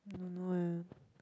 I don't know eh